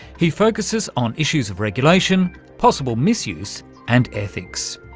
he focuses on issues of regulation, possible misuse and ethics.